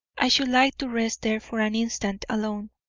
i should like to rest there for an instant alone.